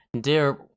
dear